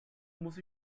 muss